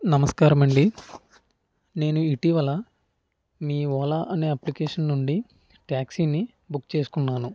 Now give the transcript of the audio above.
నమస్కారమండి నేను ఇటీవల మీ ఓలా అనే అప్లికేషన్ నుండి ట్యాక్సీని బుక్ చేసుకున్నాను